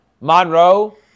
Monroe